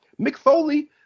McFoley